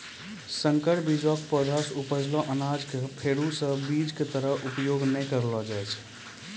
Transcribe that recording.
संकर बीज के पौधा सॅ उपजलो अनाज कॅ फेरू स बीज के तरह उपयोग नाय करलो जाय छै